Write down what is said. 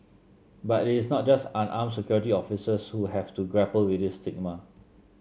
but it is not just unarmed security officers who have to grapple with this stigma